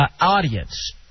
audience